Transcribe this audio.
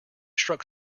struck